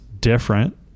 different